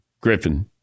Griffin